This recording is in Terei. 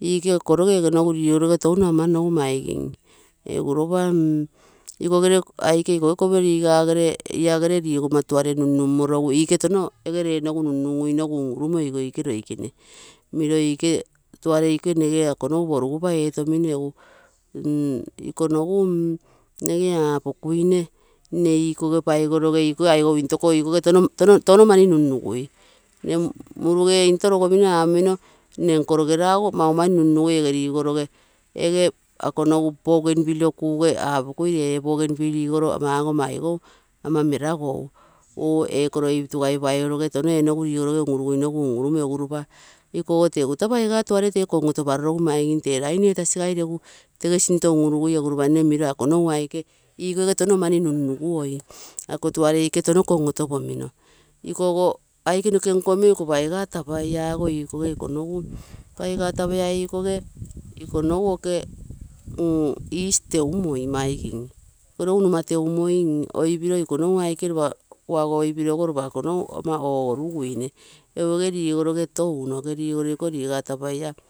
ikoge korogee egee rigorogee ege nogu rigoroge touno ama nogu maigim. Egu lopa mm kikogere aike ikoge kopiro rigaagere, lagere rigomma taure nunnummorogu, ikoge touno ege ree nogu nunnummorogu un-urumoi. Miro tuare ikoge ikonogu porugupa etomino, egu ikonogu, nege aapokuine, nne ikoge paigoroge ikoge tono mani nunnugui, nne muruge into rogomino apomino nne nkoroge raagu maumani nunnugui, ege rigoroge ege ako nogu bougainville oo kuuge apokui ree ee bougainville ee rigoro ama meragou oo ee koro ipitugai paigoroge tono ee nogu rigoroge nunnummoi un-urumoi, egu ropa ikogo tee taa pouga tuare tege kongoto parorogu, maigim tee taa paigu tuam tege sinto un-urugui, egu ropa nne miro ako nogu aike ikoge, tono mani nunnuguoi, ako tuare ikoge tono kongotopomino, ikoge, aike noke nkominoi, iko paiga tapaiago ikoge ikonogu, paige tapaia ikoge ikonogu nogu. Oke mm past teumoi, ikonogu numa teumoi oipiro iko nogu lopo oogoruguine. Egu eege rigoroge touno ege rigoroge iko rigaa tapaia tee.